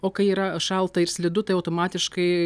o kai yra šalta ir slidu tai automatiškai